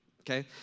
okay